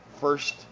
first